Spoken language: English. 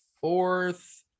fourth